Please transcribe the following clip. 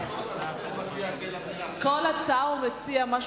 בעצם העלאת הנושא הוא מציע למליאה.